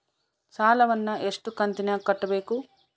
ಸಾಲವನ್ನ ಎಷ್ಟು ಕಂತಿನಾಗ ಕಟ್ಟಬೇಕು?